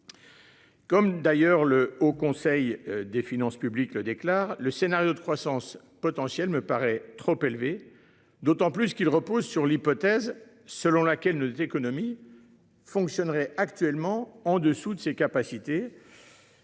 Comme d'ailleurs le Haut conseil des finances publiques le déclare le scénario de croissance potentielle me paraît trop élevé d'autant plus qu'ils reposent sur l'hypothèse selon laquelle ne économie fonctionnerait actuellement en dessous de ses capacités.